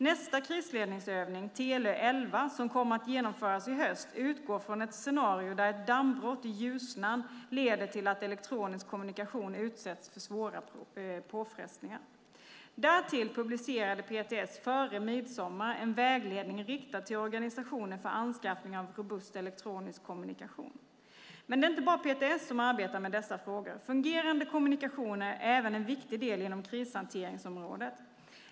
Nästa krisledningsövning, Telö 11, som kommer att genomföras i höst utgår från ett scenario där ett dammbrott i Ljusnan leder till att elektronisk kommunikation utsätts för stora påfrestningar. Därtill publicerade PTS före midsommar en vägledning riktad till organisationer för anskaffning av robust elektronisk kommunikation. Men det är inte bara PTS som arbetar med dessa frågor. Fungerande kommunikationer är även en viktig del inom krishanteringsområdet.